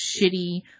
shitty